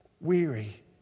weary